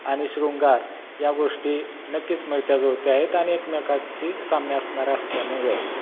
आणि शृृंगार या गोष्टी नक्कीच मिळत्याजुळत्या आहेत आणि एकमेकांशी साम्य असणारा असल्यामुळे